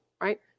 right